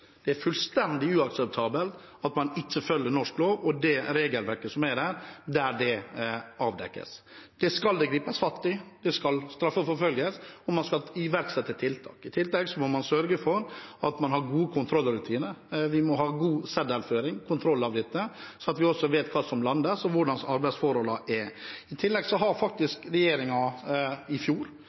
er fullstendig uakseptabelt at man ikke følger norsk lov og det regelverket som er der, der dette avdekkes. Det skal det gripes fatt i, det skal straffeforfølges, og man skal iverksette tiltak. I tillegg må man sørge for å ha gode kontrollrutiner. Vi må ha god seddelføring og kontroll av dette, så vi også vet hva som landes, og hvordan arbeidsforholdene er. I tillegg nedsatte regjeringen i fjor